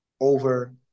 over